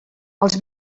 els